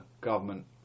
government